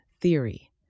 theory